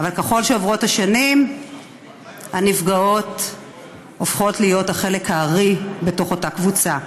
אבל ככל שעוברות השנים הנפגעות הופכות להיות הרוב באותה קבוצה.